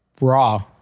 raw